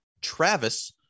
Travis